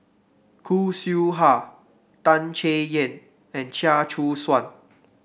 Khoo Seow Hwa Tan Chay Yan and Chia Choo Suan